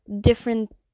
different